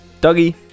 Dougie